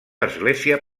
església